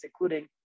including